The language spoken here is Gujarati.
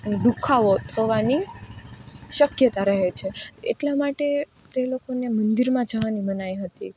દુખાવો થવાની શકયતા રહે છે એટલા માટે તે લોકોને મંદિરમાં જવાની મનાઈ હતી